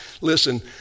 listen